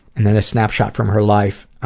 and then a snapshot from her life.